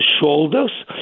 shoulders